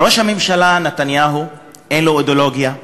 ראש הממשלה נתניהו, אין לו אידיאולוגיה,